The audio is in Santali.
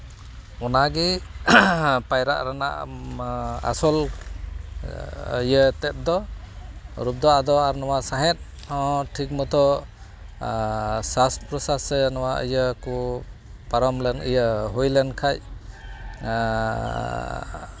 ᱚᱱᱟᱜᱮ ᱯᱟᱭᱨᱟᱜ ᱨᱮᱱᱟᱜ ᱟᱥᱚᱞ ᱤᱭᱟᱹ ᱛᱮᱫ ᱫᱚ ᱨᱩᱯᱫᱚ ᱟᱫᱚ ᱱᱚᱣᱟ ᱥᱟᱶᱦᱮᱫ ᱦᱚᱸ ᱴᱷᱤᱠ ᱢᱚᱛᱚ ᱟᱨ ᱥᱟᱥ ᱯᱨᱚᱥᱟᱥ ᱥᱮ ᱱᱚᱣᱟ ᱤᱭᱟᱹ ᱠᱚ ᱯᱟᱨᱚᱢ ᱞᱮᱱ ᱦᱳᱭ ᱞᱮᱱ ᱠᱷᱟᱱ ᱟᱻ